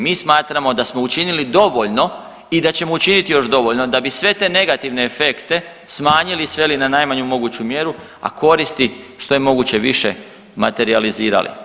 Mi smatramo da smo učinili dovoljno i da ćemo učiniti još dovoljno da bi sve te negativne efekte smanjili, sveli na najmanju moguću mjeru, a koristi što je moguće više materijalizirali.